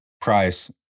price